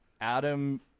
adam